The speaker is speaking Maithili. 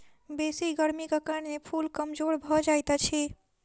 बेसी गर्मीक कारणें फूल कमजोर भअ जाइत अछि